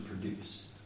produce